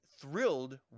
thrilled